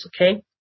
okay